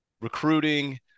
recruiting